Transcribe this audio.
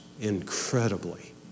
incredibly